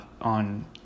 on